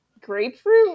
grapefruit